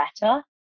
better